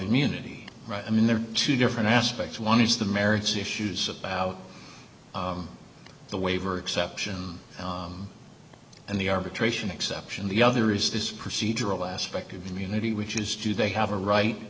immunity right i mean there are two different aspects one is the merits issues about the waiver exception and the arbitration exception the other is this procedural aspect of immunity which is do they have a right